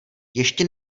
ještě